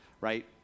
right